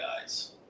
guys